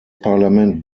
parlament